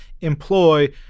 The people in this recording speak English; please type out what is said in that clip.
employ